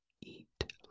eat